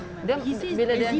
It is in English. then dia